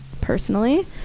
personally